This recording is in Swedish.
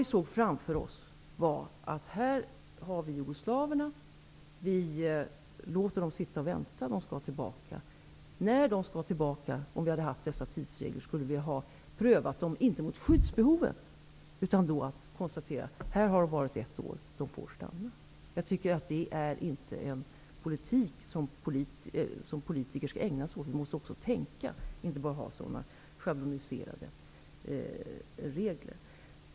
Vi såg framför oss att jugoslaverna läts sitta och vänta. Om vi hade haft dessa tidsregler skulle vi inte ha fått pröva jugoslavernas ansökningar mot skyddsbehovet när de skulle tillbaka, utan vi skulle ha konstaterat att de hade varit här i ett år och därför fått stanna. Jag tycker inte att det är en politik som politiker skall ägna sig åt. Vi måste tänka, och inte bara ha schabloniserade regler.